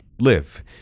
live